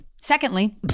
secondly